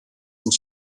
sind